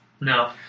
No